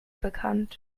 bekannt